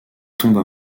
tombent